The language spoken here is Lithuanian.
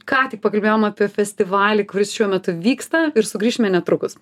ką tik pakalbėjom apie festivalį kuris šiuo metu vyksta ir sugrįšime netrukus